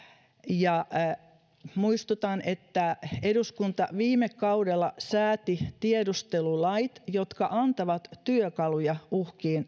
muistutan että eduskunta viime kaudella sääti tiedustelulait jotka antavat työkaluja uhkiin